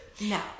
No